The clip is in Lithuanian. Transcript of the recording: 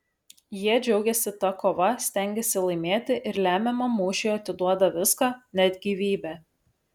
jie džiaugiasi ta kova stengiasi laimėti ir lemiamam mūšiui atiduoda viską net gyvybę